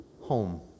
Home